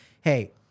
hey